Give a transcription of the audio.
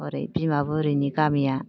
ओरै बिमा बुरिनि गामिया